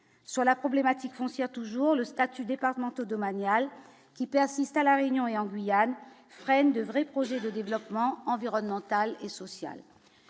sur la problématique Foncia, toujours le statut départementaux domaniale qui persiste à la Réunion et en Guyane freine de vrais projets de développement environnemental et social